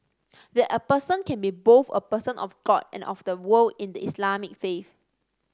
that a person can be both a person of God and of the world in the Islamic faith